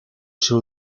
ser